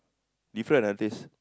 different ah taste